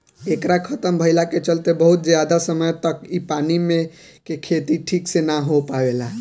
एकरा खतम भईला के चलते बहुत ज्यादा समय तक इ पानी मे के खेती ठीक से ना हो पावेला